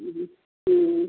ହୁଁ